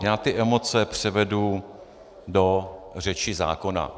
Já ty emoce převedu do řeči zákona.